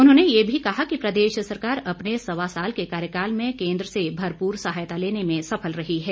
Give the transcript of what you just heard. उन्होंने ये भी कहा कि प्रदेश सरकार अपने सवा साल के कार्यकाल में केन्द्र से भरपूर सहायता लेने में सफल रही है